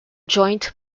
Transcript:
joint